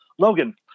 Logan